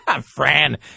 Fran